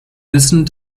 wissen